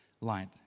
light